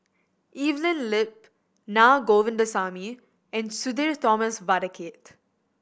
Evelyn Lip Naa Govindasamy and Sudhir Thomas Vadaketh